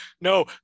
no